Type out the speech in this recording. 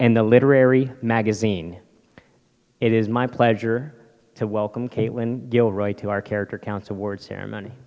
and the literary magazine it is my pleasure to welcome caitlin gilroy to our character counts awards ceremony